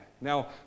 Now